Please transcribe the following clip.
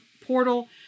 portal